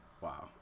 Wow